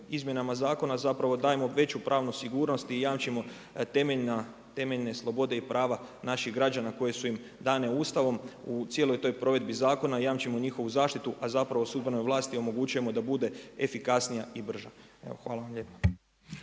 izmjenama zakona zapravo dajemo veću pravnu sigurnost i jamčimo temeljne slobode i prava naših građana koje su im dane Ustavom. U cijeloj toj provedbi zakona jamčimo njihovu zaštitu a zapravo sudbenoj vlasti omogućujemo da bude efikasnija i brža. Evo hvala vam lijepa.